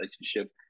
relationship